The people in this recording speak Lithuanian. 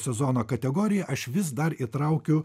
sezono kategoriją aš vis dar įtraukiu